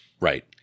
Right